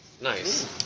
Nice